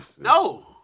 no